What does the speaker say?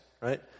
right